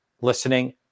listening